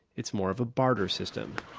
it's more of a barter system